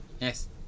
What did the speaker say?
Yes